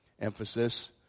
emphasis